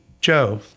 Joe